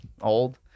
old